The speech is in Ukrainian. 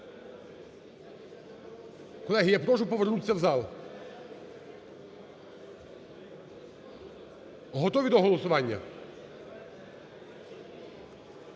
Колеги, я прошу повернутися в зал. Готові до голосування?